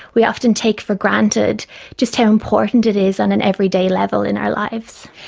we often take for granted just how important it is on an everyday level in our lives.